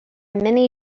many